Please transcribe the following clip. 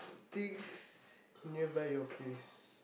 things nearby your place